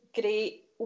great